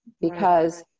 because-